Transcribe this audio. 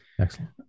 Excellent